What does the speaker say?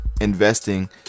investing